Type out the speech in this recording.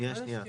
שנייה רגע,